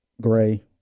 gray